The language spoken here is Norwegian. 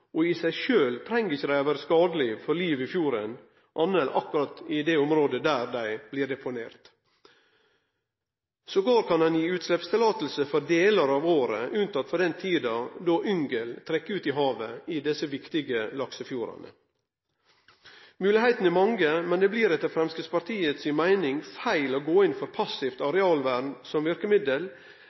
og dei treng ikkje i seg sjølve å vere skadelege for livet i fjorden, anna enn akkurat i det området der dei blir deponerte. Endåtil kan ein gi utsleppsløyve for delar av året, unnateke den tida då yngel trekkjer ut i havet i desse viktige laksefjordane. Moglegheitene er mange, men etter Framstegspartiets meining blir det feil å gå inn for passivt arealvern som verkemiddel